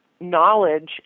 Knowledge